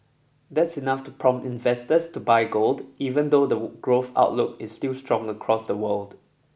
that's enough to prompt investors to buy gold even though the growth outlook is still strong across the world